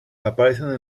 aparece